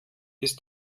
ist